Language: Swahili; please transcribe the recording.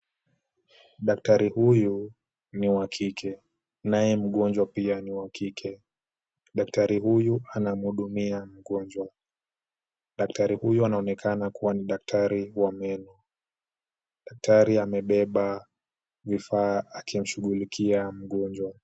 Daktari huyu ni wa kike, naye mgonjwa pia ni wa kike. Daktari huyu anamhudumia mgonjwa. Daktari huyu anaonekana kuwa ni daktari wa meno. Daktari amebeba vifaa akimshughulikia mgonjwa.